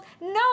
No